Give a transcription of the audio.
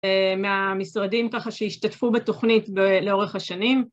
מהמשרדים ככה שהשתתפו בתוכנית לאורך השנים.